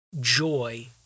joy